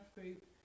group